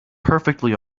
perfectly